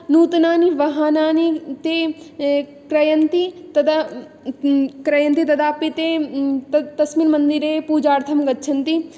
नूतनानि वाहनानि ते क्रयन्ति तदापि ते तस्मिन् मन्दिरे पूजार्थं गच्छन्ति